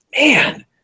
man